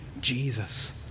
Jesus